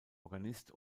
organist